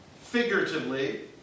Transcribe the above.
figuratively